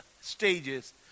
stages